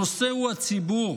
הנושא הוא הציבור,